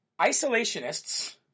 isolationists